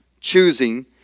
choosing